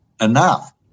enough